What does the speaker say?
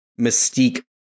mystique